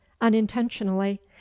unintentionally